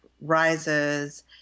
rises